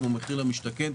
מחיר למשתכן,